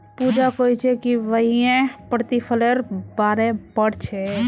पूजा कोहछे कि वहियं प्रतिफलेर बारे पढ़ छे